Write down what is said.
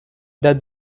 that